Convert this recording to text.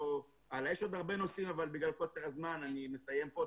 יש עוד הרבה נושאים אבל בגלל קוצר הזמן אני מסיים פה.